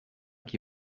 qui